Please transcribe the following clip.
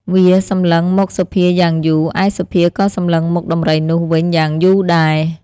វា សម្លឹងមកសុភាយ៉ាងយូរ ឯសុភាក៏សម្លឹងមុខដំរីនោះវិញយ៉ាងយូរដែរ។